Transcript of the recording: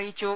അറിയിച്ചു